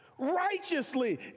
righteously